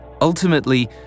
Ultimately